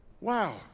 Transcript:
Wow